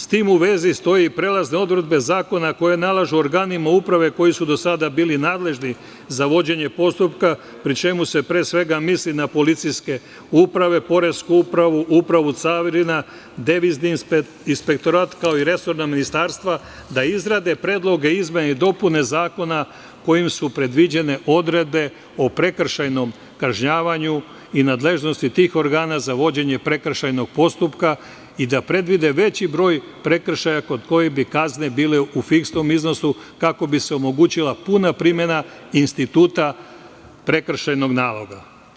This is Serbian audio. S tim u vezi stoje i prelazne odredbe zakona koje nalažu organima uprave koji su do sada bili nadležni za vođenje postupka, pri čemu se pre svega misli na policijske uprave, poresku upravu, upravu carina, devizni inspektorat, kao i resorna ministarstva, da izrade predloge izmena i dopuna zakona kojim su predviđene odredbe o prekršajnom kažnjavanju i nadležnosti tih organa za vođenje prekršajnog postupka i da predvide veći broj prekršaja kod kojih bi kazne bile u fiksnom iznosu, kako bi se omogućila puna primena instituta prekršajnog naloga.